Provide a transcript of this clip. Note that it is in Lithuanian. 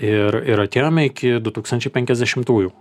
ir ir atėjome iki du tūkstančiai penkiasdešimtųjų